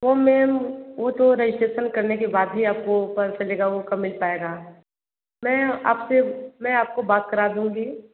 वो मेम वो तो रजिस्टेशन करने के बाद ही आपको वो पता चलेगा वो कब मिल पायेगा मैं आपसे मैं आपको बात करा दूँगी